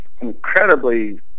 incredibly